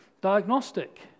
diagnostic